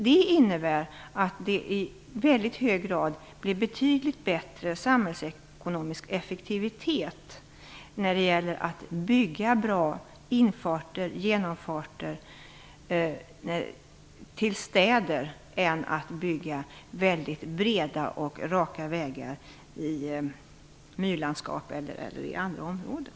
Det innebär att det i väldigt hög grad blir betydligt bättre samhällsekonomisk effektivitet att bygga bra infarter och genomfarter än att bygga breda och raka vägar i myrlandskap eller i andra områden.